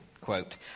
Quote